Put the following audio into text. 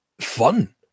fun